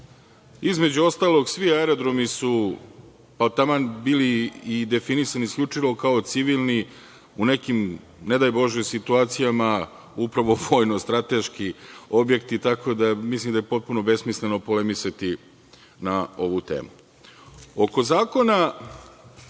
Između ostalog, svi aerodromi su, pa taman bili i definisani isključivo kao civilni u nekim, ne daj bože, situacijama, upravo vojno-strateški objekti, tako da mislim da je potpuno besmisleno polemisati na ovu temu. Oko Zakona